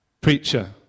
preacher